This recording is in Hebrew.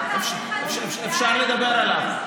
אפשר לדבר עליו.